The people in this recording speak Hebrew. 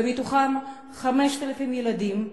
ומתוכם 5,000 ילדים,